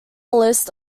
list